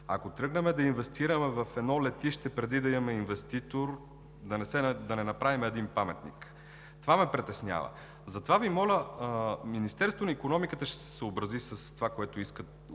Ако тръгнем да инвестираме в едно летище преди да имаме инвеститор, да не направим един паметник. Това ме притеснява. Министерството на икономиката ще се съобрази с това, което иска